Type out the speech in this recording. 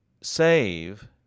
save